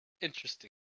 interesting